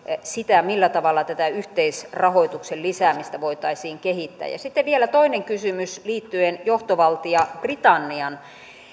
sitä millä tavalla tätä yhteisrahoituksen lisäämistä voitaisiin kehittää sitten vielä toinen kysymys liittyen johtovaltio britannian